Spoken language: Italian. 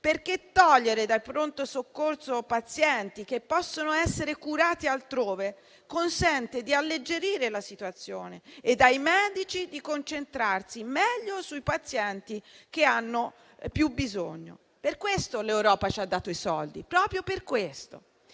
Togliere dal pronto soccorso pazienti che possono essere curati altrove consente di alleggerire la situazione e ai medici di concentrarsi meglio sui pazienti che hanno più bisogno. Proprio per questo l'Europa ci ha dato i soldi. Nemmeno sarebbe